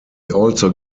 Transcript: also